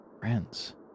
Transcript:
Friends